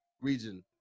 region